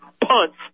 punts